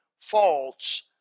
false